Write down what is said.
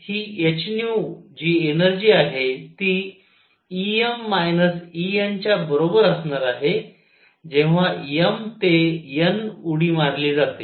तर ही h G energy आहे ती Em En च्या बरोबर असणार आहे जेव्हा m ते n उडी मारली जाते